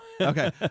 okay